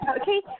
Okay